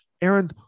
Aaron